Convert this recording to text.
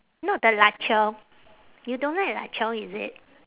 not the lup cheong you don't like lup cheong is it